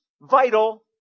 vital